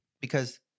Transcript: Because-